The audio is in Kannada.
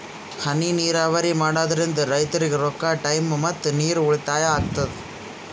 ಹನಿ ನೀರಾವರಿ ಮಾಡಾದ್ರಿಂದ್ ರೈತರಿಗ್ ರೊಕ್ಕಾ ಟೈಮ್ ಮತ್ತ ನೀರ್ ಉಳ್ತಾಯಾ ಆಗ್ತದಾ